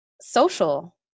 social